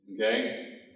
Okay